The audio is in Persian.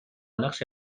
نقش